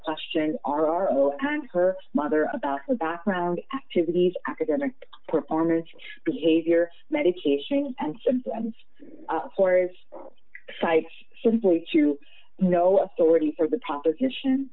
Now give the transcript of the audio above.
questioned r r o and her mother about her background activities academic performance behavior medication and symptoms for years cited simply to no authority for the proposition